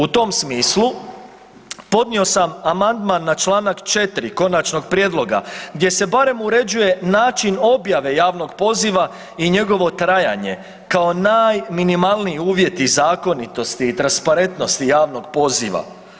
U tom smislu podnio sam amandman na čl. 4. konačnog prijedloga gdje se barem uređuje način objave javnog poziva i njegovo trajanje kao najminimalniji uvjeti zakonitosti i transparentnosti javnog poziva.